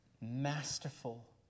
masterful